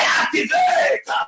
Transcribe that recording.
activate